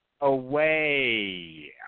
away